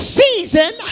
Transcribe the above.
season